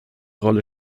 rolle